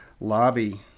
lobby